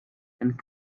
and